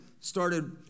started